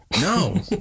No